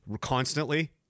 constantly